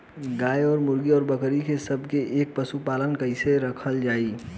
गाय और मुर्गी और बकरी ये सब के एक ही पशुपालन में कइसे रखल जाई?